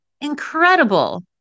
incredible